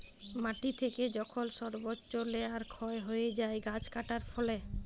মাটি থেকে যখল সর্বচ্চ লেয়ার ক্ষয় হ্যয়ে যায় গাছ কাটার ফলে